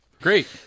Great